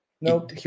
no